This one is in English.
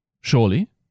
surely